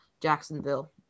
Jacksonville